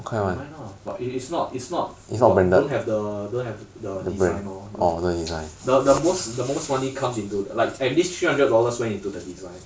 online lah but it it's not it's not got don't have the don't have the design loh the the most the most money comes into like at least three hundred dollars went into the design